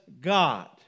God